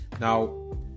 Now